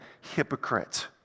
hypocrite